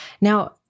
Now